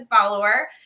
follower